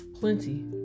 plenty